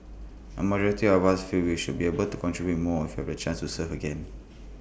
A majority of us feel we should be able to contribute more if we had A chance to serve again